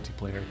multiplayer